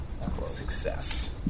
success